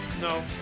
No